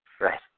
Right